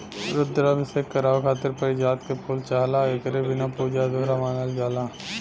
रुद्राभिषेक करावे खातिर पारिजात के फूल चाहला एकरे बिना पूजा अधूरा मानल जाला